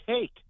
take